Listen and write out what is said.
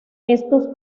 estos